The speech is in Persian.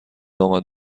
آمد